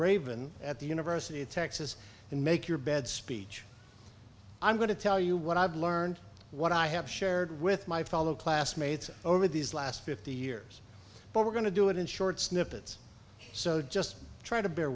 mcraven at the university of texas and make your bed speech i'm going to tell you what i've learned what i have shared with my fellow classmates over these last fifty years but we're going to do it in short snippets so just try to bear